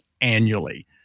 annually